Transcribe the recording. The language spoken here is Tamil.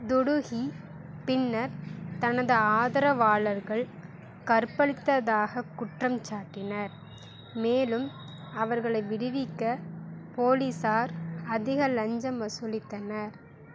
துடுகி பின்னர் தனது ஆதரவாளர்கள் கற்பழித்ததாக குற்றம் சாட்டினார் மேலும் அவர்களை விடுவிக்க போலீசார் அதிக லஞ்சம் வசூலித்தனர்